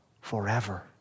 forever